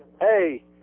Hey